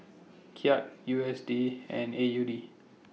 Kyat U S D and A U D